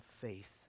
faith